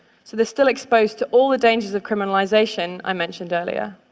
so they're still exposed to all the dangers of criminalization i mentioned earlier.